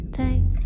take